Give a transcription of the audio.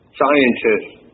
scientists